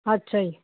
ਅੱਛਾ ਜੀ